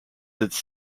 its